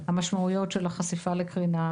המשמעויות של החשיפה לקרינה,